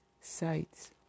sites